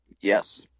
Yes